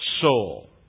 soul